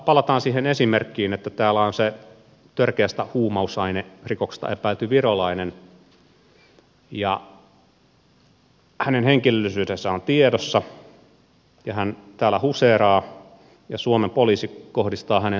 palataan siihen esimerkkiin että täällä on se törkeästä huumausainerikoksesta epäilty virolainen ja hänen henkilöllisyytensä on tiedossa ja hän täällä huseeraa ja suomen poliisi kohdistaa häneen salaisia pakkokeinoja